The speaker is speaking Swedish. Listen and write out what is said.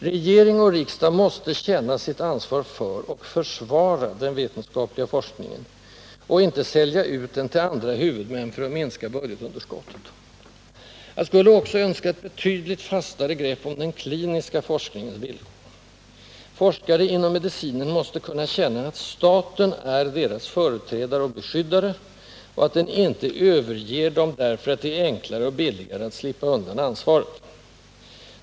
Regering och riksdag måste känna sitt ansvar för — och försvara — den vetenskapliga forskningen, och inte sälja ut den till andra huvudmän för att minska budgetunderskottet. Jag skulle också önska ett betydligt fastare grepp om den kliniska forskningens villkor. Forskare inom medicinen måste kunna känna att staten är deras företrädare och beskyddare och att den inte överger dem därför att det är enklare och billigare att slippa undan ansvaret.